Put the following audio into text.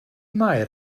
mair